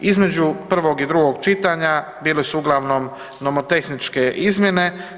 Između prvog i drugog čitanja bili su uglavnom nomotehničke izmjene.